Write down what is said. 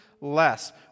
less